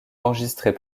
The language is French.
enregistrés